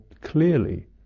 clearly